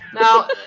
Now